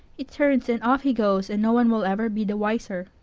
he turns and off he goes, and no one will ever be the wiser.